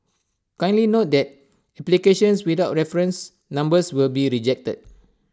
kindly note that applications without reference numbers will be rejected